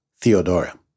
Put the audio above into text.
Theodora